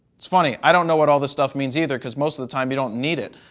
it's funny. i don't know what all the stuff means either, because most of the time you don't need it.